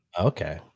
Okay